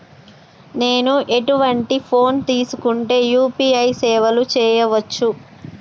నేను ఎటువంటి ఫోన్ తీసుకుంటే యూ.పీ.ఐ సేవలు చేయవచ్చు?